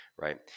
Right